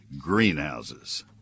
greenhouses